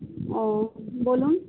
ও বলুন